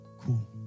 cool